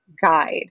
guide